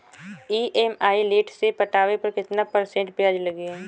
EMI late से पटावे पर कितना परसेंट ब्याज लगी?